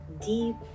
deep